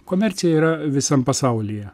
komercija yra visam pasaulyje